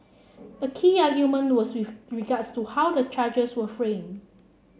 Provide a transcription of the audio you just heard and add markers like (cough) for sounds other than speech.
a key argument was (unintelligible) regards to how the charges were framed